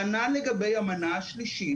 כנ"ל לגבי המנה השלישית.